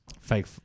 Fake